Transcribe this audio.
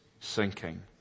sinking